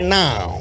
now